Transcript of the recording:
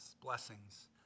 blessings